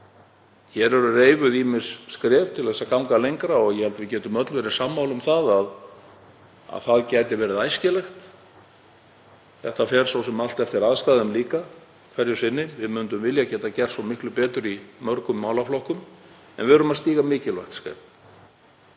Hér eru reifuð ýmis skref til að ganga lengra og ég held að við getum öll verið sammála um að það gæti verið æskilegt. Þetta fer svo sem allt eftir aðstæðum líka hverju sinni. Við myndum vilja geta gert svo miklu betur í mörgum málaflokkum en við erum að stíga mikilvægt skref.